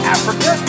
Africa